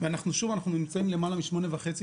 אנחנו נמצאים למעלה משמונה שנים וחצי,